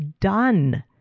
done